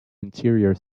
interior